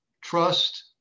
trust